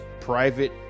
private